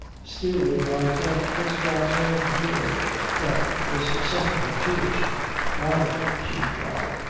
still if i thought it was god's own will that was setting her to it father, she replied,